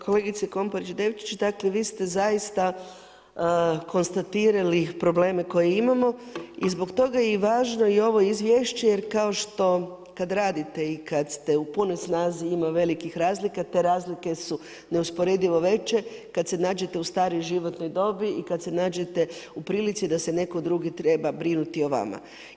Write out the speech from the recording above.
Kolegice Komparić Devčić, dakle, vi ste zaista konstatirali probleme koje imamo i zbog toga je važno i ovo izvješće jer kao što radite i kad ste u punoj snazi ima velikih razlika, te razlike su neusporedivo veće kad se nađete u starijoj životnoj dobi i kad se nađete u prilici da se netko drugi treba brinuti o vama.